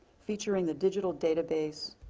featuring the digital database,